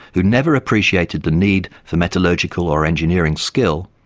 who never appreciated the need for metallurgical or engineering skill,